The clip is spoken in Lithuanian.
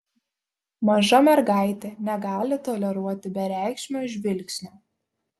maža mergaitė negali toleruoti bereikšmio žvilgsnio